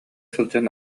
сылдьан